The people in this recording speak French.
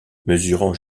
mesurant